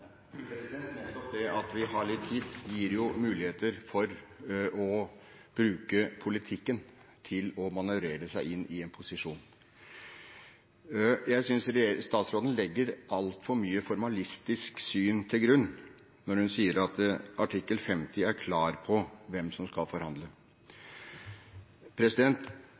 Nettopp det at vi har litt tid, gir jo muligheter for å bruke politikken til å manøvrere seg inn i en posisjon. Jeg synes statsråden legger altfor mye formalistisk syn til grunn når hun sier at artikkel 50 er klar på hvem som skal forhandle.